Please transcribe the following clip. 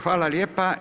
Hvala lijepo.